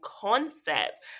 concept